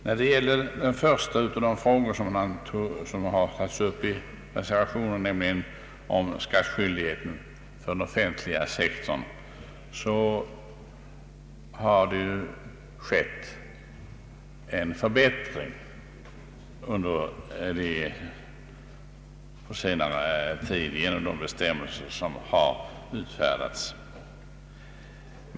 När det gäller den första av de frågor som har tagits upp i reservationen, nämligen frågan om skattskyldigheten för den offentliga sektorn, har det på senare tid skett en förbättring genom de bestämmelser som har utfärdats.